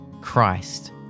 Christ